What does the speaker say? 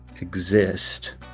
exist